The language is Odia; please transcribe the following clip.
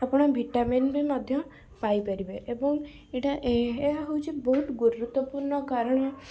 ଆପଣ ଭିଟାମିନ ବି ମଧ୍ୟ ପାଇପାରିବେ ଏବଂ ଏଇଟା ଏହା ହଉଛି ବହୁତ ଗୁରୁତ୍ବପୂର୍ଣ୍ଣ କାରଣ